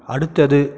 அடுத்தது